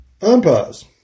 Unpause